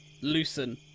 loosen